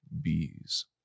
Bees